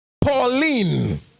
Pauline